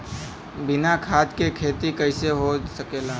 बिना खाद के खेती कइसे हो सकेला?